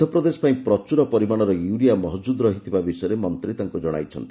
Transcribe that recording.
ମଧ୍ୟପ୍ରଦେଶ ପାଇଁ ପ୍ରଚୁର ପରିମାଣର ୟୁରିଆ ମହକୁଦ୍ ରହିଥିବା ବିଷୟରେ ମନ୍ତ୍ରୀ ତାଙ୍କୁ ଜଣାଇଛନ୍ତି